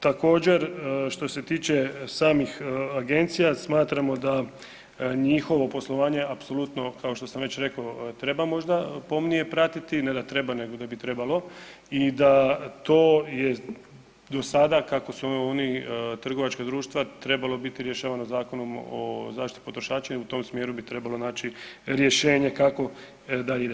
Također što se tiče samih agencija smatramo da njihovo poslovanje apsolutno kao što sam već rekao treba možda pomnije pratiti, ne da treba nego da bi trebalo i da to je do sada kako su oni trgovačka društava trebalo biti rješavano Zakonom o zaštiti potrošača i u tom smjeru bi trebalo naći rješenje kako da ide.